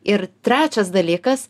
ir trečias dalykas